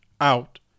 out